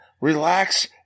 relax